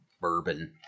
Bourbon